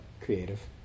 creative